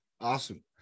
awesome